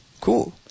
Cool